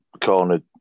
cornered